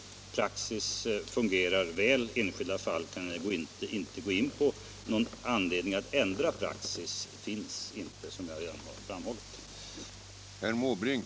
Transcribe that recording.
Denna praxis fungerar väl, men enskilda fall kan jag inte gå in på. Någon anledning att ändra praxis finns inte, som jag redan har framhållit.